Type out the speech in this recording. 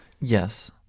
Yes